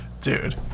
dude